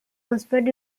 oxford